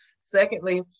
Secondly